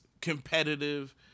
competitive